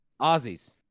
Aussies